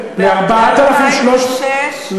שכר המינימום עלה בשנת 2006,